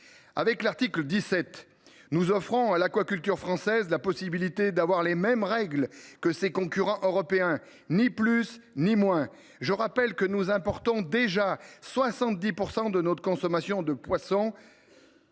Avec l’article 17, nous offrons à l’aquaculture française la possibilité de bénéficier des mêmes règles que ses concurrents européens, ni plus ni moins. Je rappelle que nous importons déjà 70 % du poisson que nous consommons.